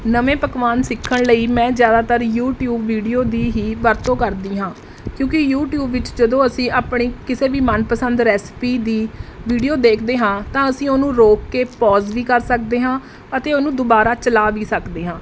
ਨਵੇਂ ਪਕਵਾਨ ਸਿੱਖਣ ਲਈ ਮੈਂ ਜ਼ਿਆਦਾਤਰ ਯੂਟਿਊਬ ਵੀਡੀਓ ਦੀ ਹੀ ਵਰਤੋਂ ਕਰਦੀ ਹਾਂ ਕਿਉਂਕਿ ਯੂਟਿਊਬ ਵਿੱਚ ਜਦੋਂ ਅਸੀਂ ਆਪਣੀ ਕਿਸੇ ਵੀ ਮਨਪਸੰਦ ਰੈਸਪੀ ਦੀ ਵੀਡੀਓ ਦੇਖਦੇ ਹਾਂ ਤਾਂ ਅਸੀਂ ਉਹਨੂੰ ਰੋਕ ਕੇ ਪੌਜ਼ ਵੀ ਕਰ ਸਕਦੇ ਹਾਂ ਅਤੇ ਉਹਨੂੰ ਦੁਬਾਰਾ ਚਲਾ ਵੀ ਸਕਦੇ ਹਾਂ